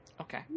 Okay